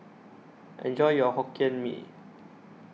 Enjoy your Hokkien Mee